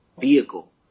Vehicle